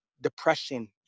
depression